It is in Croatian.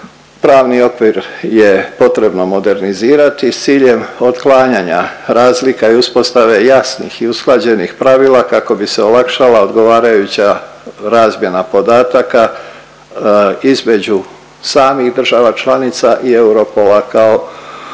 Pravni okvir je potrebno modernizirati s ciljem otklanjanja razlika i uspostave jasnih i usklađenih pravila kako bi se olakšala odgovarajuća razmjena podataka između samih država članica i Europola kao